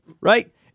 right